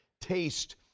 taste